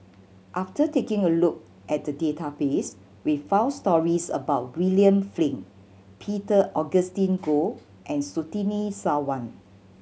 after taking a look at the database we found stories about William Flint Peter Augustine Goh and Surtini Sarwan